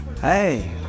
Hey